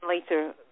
later